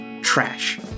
trash